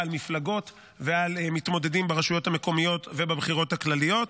על מפלגות ועל מתמודדים ברשויות המקומיות ובבחירות הכלליות,